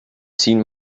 seen